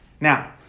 Now